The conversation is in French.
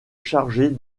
charger